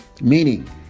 meaning